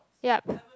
yup